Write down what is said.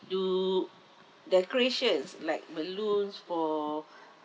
do decorations like balloons for